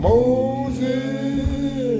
Moses